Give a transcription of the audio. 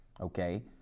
Okay